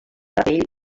capell